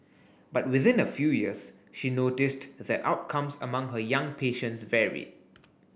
but within a few years she noticed that outcomes among her young patients varied